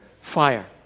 fire